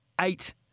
eight